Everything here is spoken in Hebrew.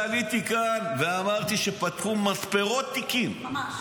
רק אחרי זה עליתי לכאן ואמרתי שפתחו מתפרות תיקים -- ממש.